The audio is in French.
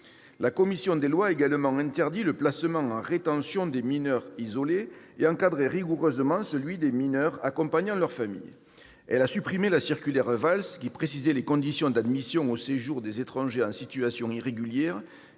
La commission des lois a également interdit le placement en rétention des mineurs isolés et encadré rigoureusement celui des mineurs accompagnant leur famille. Elle a supprimé la circulaire Valls, précisant les conditions d'admission au séjour des étrangers en situation irrégulière,